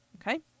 Okay